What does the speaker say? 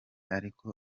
ariko